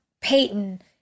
Payton